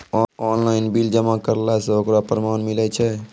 Online bill जमा करला से ओकरौ परमान मिलै छै?